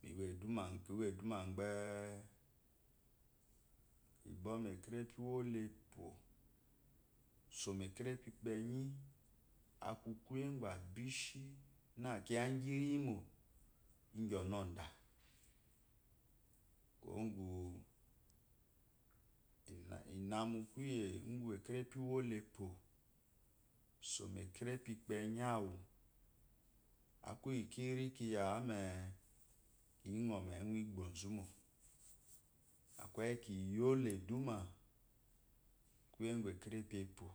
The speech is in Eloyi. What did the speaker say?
Kiwo idumá kiwo idumá bé kipa mu ekerepi úwo lá epo ekerepi upenyi aku kuye úgú abishi nana akú kuye ugukiya inyi i im ingu ənú əda kwoqu kirikayá wu ina mu kuye ufu karepi uwo l` epó zuwa ma kerepi ukpeyi awú akú iyí kiri kiyamé kiŋəmə awu ewu iqqbozu mo ŋale ekeyi kiye lá iddumá kúye uqu ekerepi epo